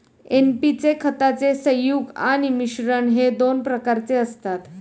NP चे खताचे संयुग आणि मिश्रण हे दोन प्रकारचे असतात